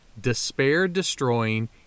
despair-destroying